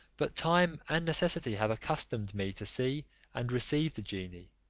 but time and necessity have accustomed me to see and receive the genie.